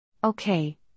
Okay